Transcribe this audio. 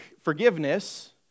forgiveness